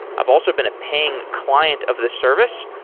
i've also been a paying client of the service.